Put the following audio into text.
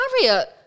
Harriet